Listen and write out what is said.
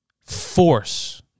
force